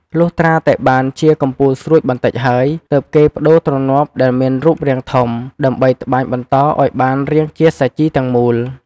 លុះត្រាតែបានជា កំពូលស្រួចបន្តិចហើយ ទើបគេប្តូរទ្រនាប់ដែលមានរូបរាងធំ ដើម្បីត្បាញបន្តឲ្យបានរាងជាសាជីទាំងមូល។